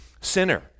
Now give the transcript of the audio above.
sinner